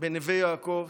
בנווה יעקב,